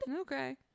Okay